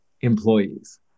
employees